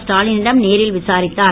ஸ்டாலினிடம் நேரில் விசாரித்தார்